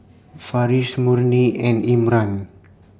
Farish Murni and Imran